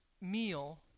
meal